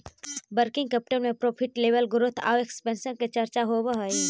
working capital में profit level growth आउ expansion के चर्चा होवऽ हई